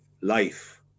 life